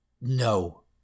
No